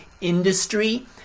industry